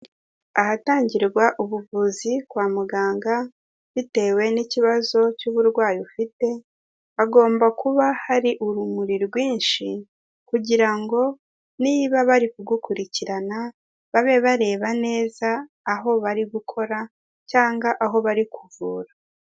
Ahatangirwa ubuvuzi kwa muganga, bitewe n'ikibazo cy'uburwayi ufite hagomba kuba hari urumuri rwinshi kugira ngo niba bari kugukurikirana babe bareba neza aho bari gukora cyangwa aho bari kuvura.